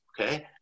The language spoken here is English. Okay